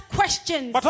questions